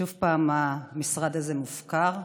שוב המשרד הזה מופקר.